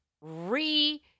re